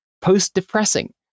post-depressing